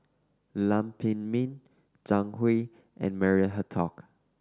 Lam Pin Min Zhang Hui and Maria Hertogh